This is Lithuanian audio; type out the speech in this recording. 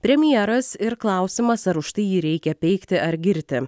premjeras ir klausimas ar už tai jį reikia peikti ar girti